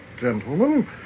gentlemen